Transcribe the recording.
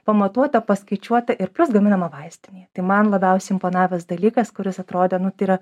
pamatuota paskaičiuota ir plius gaminama vaistinėje tai man labiausiai imponavęs dalykas kuris atrodė nu tai yra